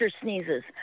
sneezes